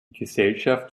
gesellschaft